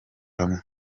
hamwe